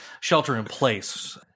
shelter-in-place